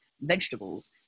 Vegetables